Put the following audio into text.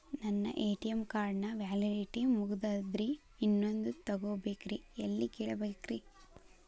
ನನ್ನ ATM card ನ validity ಮುಗದದ್ರಿ ಇನ್ನೊಂದು ತೊಗೊಬೇಕ್ರಿ ಎಲ್ಲಿ ಕೇಳಬೇಕ್ರಿ?